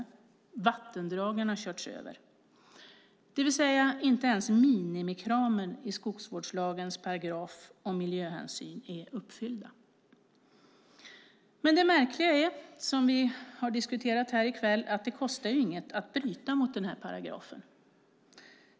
Vattendragen har körts över. Inte ens minimikraven i skogsvårdslagens paragraf om miljöhänsyn är uppfyllda. Men det märkliga är, som vi har diskuterat här i kväll, att det inte kostar någonting att bryta mot denna paragraf.